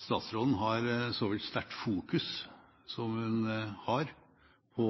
statsråden har så vidt sterkt fokus som hun har på